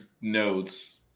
notes